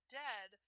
dead